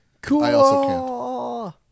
cool